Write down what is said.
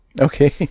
Okay